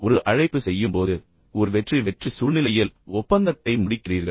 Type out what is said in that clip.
நீங்கள் ஒரு அழைப்பு செய்யும்போது நீங்கள் ஒரு வெற்றி வெற்றி சூழ்நிலையில் ஒப்பந்தத்தை முடிக்கிறீர்கள்